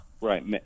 right